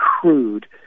crude